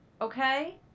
okay